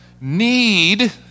need